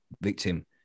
victim